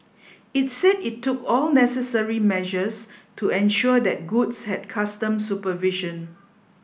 it said it took all necessary measures to ensure that goods had customs supervision